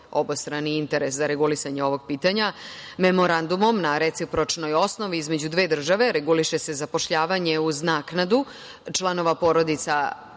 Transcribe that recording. obostrani interes za regulisanje ovog pitanja memorandumom na recipročnoj osnovi između dve države, reguliše se zapošljavanje uz naknadu članova porodica,